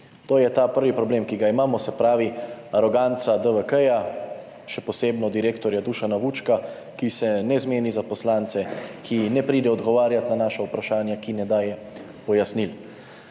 To je ta prvi problem, ki ga imamo, se pravi, aroganca DVK, še posebno direktorja Dušana Vučka, ki se ne zmeni za poslance, ki ne pride odgovarjati na naša vprašanja, ki ne daje pojasnil.